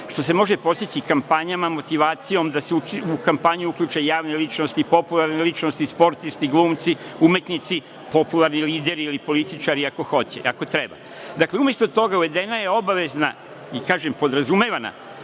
što se može postići kampanjama, motivacijom, da se u kampanju uključe javne ličnosti, popularne ličnosti, sportisti, glumci, umetnici, popularni lideri ili političari, ako hoće. Dakle, umesto toga uvedena je obavezna i kažem, podrazumevana